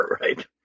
right